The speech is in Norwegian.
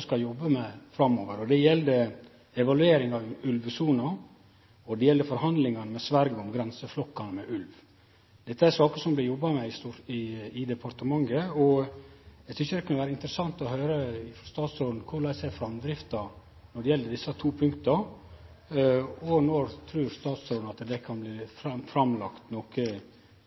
skal jobbe med framover. Det gjeld evalueringa av ulvesona, og det gjeld forhandlingane med Sverige om grenseflokkar med ulv. Dette er saker som det blir jobba med i departementet, og eg tykkjer det kunne vere interessant å høyre frå statsråden korleis framdrifta er når det gjeld desse to punkta. Når trur statsråden at det kan bli framlagt noko